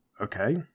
Okay